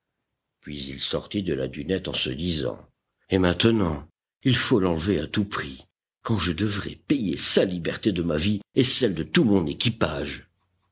puis il sortit de la dunette en se disant et maintenant il faut l'enlever à tout prix quand je devrais payer sa liberté de ma vie et de celle de tout mon équipage